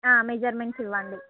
ఆ మెజర్మెంట్స్ ఇవ్వండి